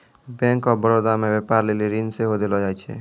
bank of Baroda मे व्यपार लेली ऋण सेहो देलो जाय छै